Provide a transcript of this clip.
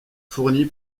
fourni